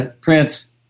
Prince